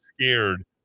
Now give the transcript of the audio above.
scared